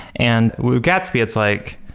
and with gatsby, it's like,